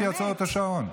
פשוט אעצור את השעון.